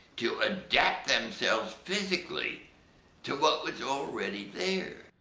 to adapt themselves physically to what was already there.